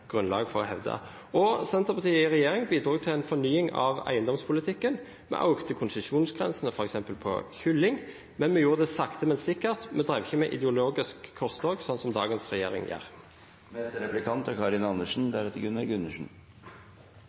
grunnlag for å hevde. Senterpartiet i regjering bidro til en fornying av eiendomspolitikken. Vi økte konsesjonsgrensene f.eks. for kylling, men vi gjorde det sakte, men sikkert. Vi drev ikke med ideologisk korstog, sånn som dagens regjering gjør. SV er